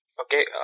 okay